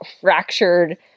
fractured